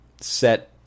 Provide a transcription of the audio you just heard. set